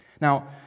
Now